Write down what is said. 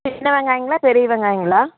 சின்ன வெங்காயங்களா பெரிய வெங்காயங்களா